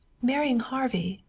marrying harvey.